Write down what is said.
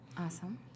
awesome